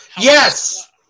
Yes